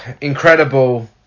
incredible